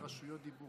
אמרת "רשות דיבור".